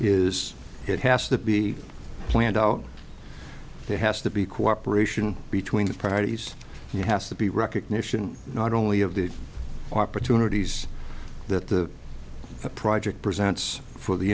is it has to be planned out there has to be cooperation between the parties he has to be recognition not only of the opportunities that the project presents for the